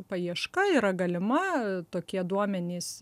paieška yra galima tokie duomenys